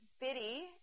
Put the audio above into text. Biddy